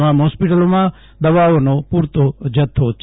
તમામ હોસ્પિટલોમાં દવાઓનો પુરતો જથ્થો છે